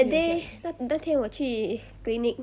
that day 那那天我去 clinic